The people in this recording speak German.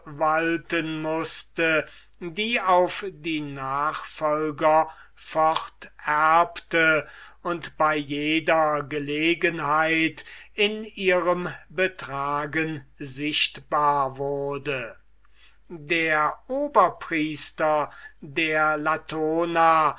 obwalten mußte die auf die nachfolger forterbte und bei jeder gelegenheit in ihrem betragen sichtbar wurde der oberpriester der latona